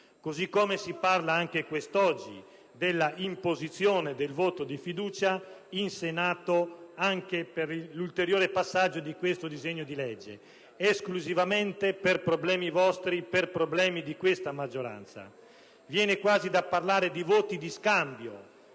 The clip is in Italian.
così come si parla anche quest'oggi della imposizione del voto di fiducia in Senato, anche per l'ulteriore passaggio di questo disegno di legge, esclusivamente per problemi vostri, per problemi di questa maggioranza. Viene quasi da parlare di voti di scambio,